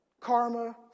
karma